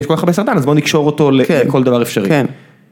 יש כל כך הרבה סרטן אז בואו נקשור אותו לכל דבר אפשרי.